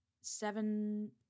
Seven